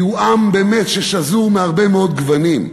כי הוא עם ששזור מהרבה מאוד גוונים,